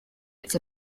its